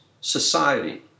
society